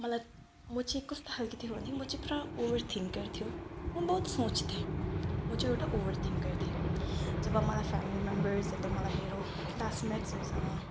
मलाई म चाहिँ कस्तो खालको थियो भन्दाखेरि म चाहिँ पुरा ओभर थिङ्कर थियो म बहुत सोच्थेँ म चाहिँ एउटा ओभर थिङ्कर थिएँ जब मलाई फेमिली मेम्बर्सहरूले मलाई मेरो क्लास मेट्सहरूसँग